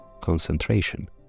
concentration